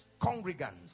congregants